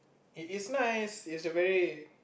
it is nice it very